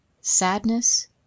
Sadness